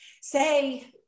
say